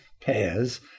pairs